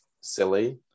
silly